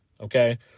Okay